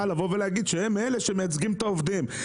לבוא ולהגיד שהם אלה שמייצגים את העובדים.